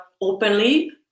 openly